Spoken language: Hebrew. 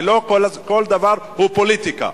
ולא כל דבר הוא פוליטיקה.